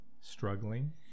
struggling